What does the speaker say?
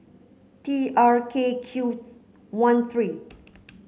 T R K Q one three